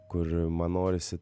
kur man norisi